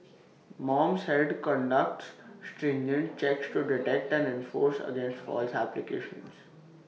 mom said conducts stringent checks to detect and enforce against false applications